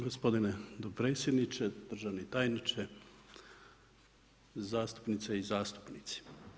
Gospodine dopredsjedniče, državni tajniče, zastupnice i zastupnici.